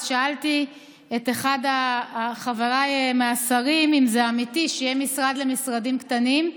אז שאלתי את אחד מחבריי השרים אם זה אמיתי שיהיה משרד למשרדים קטנים.